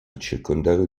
circondario